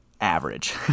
average